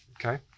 Okay